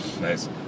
Nice